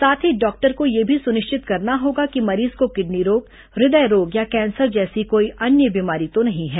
साथ ही डॉक्टर को यह भी सुनिश्चित करना होगा कि मरीज को किडनी रोग ह्दय रोग या कैंसर जैसी कोई अन्य बीमारी तो नहीं है